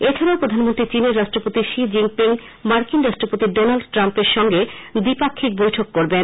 এছাডাও প্রধানমন্ত্রী চিনের রাষ্ট্রপতি শি জিং পিং মার্কিন রাষ্ট্রপতি ডোনাল্ড ট্রাম্প এর সঙ্গে দ্বি পাঞ্ফিক বৈঠক করবেন